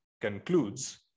concludes